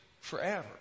forever